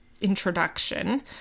Introduction